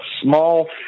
small